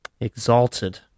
exalted